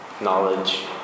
knowledge